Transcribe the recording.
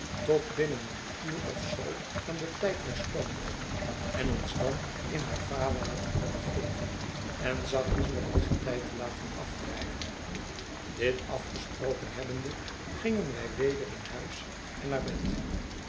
tot binnen een uur of zoo van den tijd der stoomboot en ons dan in haar vaarwater te begeven en zachtjes met het getij te laten afdrijven dit afgesproken hebbende gingen wij weder in huis en naar bed